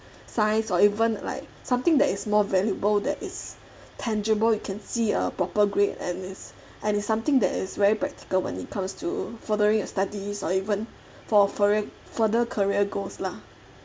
science or even like something that is more valuable that is tangible you can see a proper grade and it's and it's something that is very practical when it comes to furthering your studies or even for foreign further career goals lah